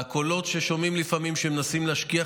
והקולות ששומעים לפעמים שמנסים להשכיח